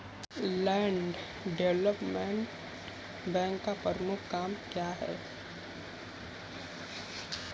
Land development bank का प्रमुख काम क्या है?